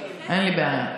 אין לי בעיה.